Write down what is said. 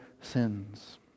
sins